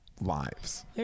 lives